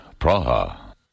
Praha